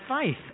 faith